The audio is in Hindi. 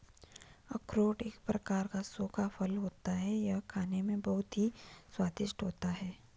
अखरोट एक प्रकार का सूखा फल होता है यह खाने में बहुत ही स्वादिष्ट होता है